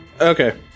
okay